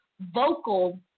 vocal